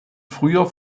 früher